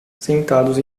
sentados